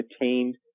attained